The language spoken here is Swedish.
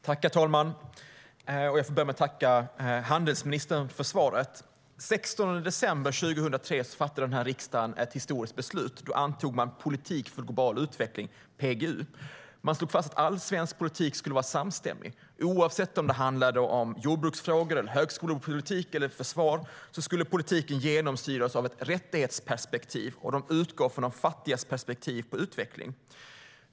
Herr talman! Jag får börja med att tacka handelsministern för svaret. Den 16 december 2003 fattade riksdagen ett historiskt beslut. Då antog man en politik för global utveckling, PGU. Man slog fast att all svensk politik skulle vara samstämmig. Oavsett om det handlade om jordbruksfrågor, högskolepolitik eller försvar skulle politiken genomsyras av ett rättighetsperspektiv och utgå från de fattigas perspektiv på utveckling.